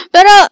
Pero